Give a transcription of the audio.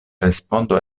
respondo